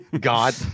God